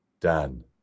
dan